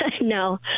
no